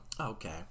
Okay